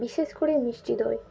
বিশেষ করে মিষ্টি দই